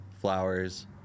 flowers